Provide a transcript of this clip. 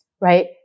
right